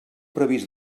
previst